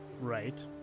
right